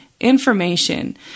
information